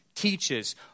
teaches